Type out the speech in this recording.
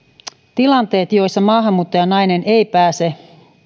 tilanteet joissa maahanmuuttajanainen ei pääse